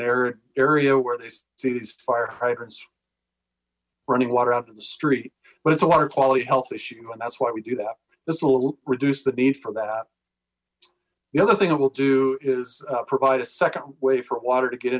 arid area where they see these fire hydrants running water out to the street but it's a water quality health issue and that's why we do that this will reduce the need for that the other thing that we'll do is provide a second way for water to get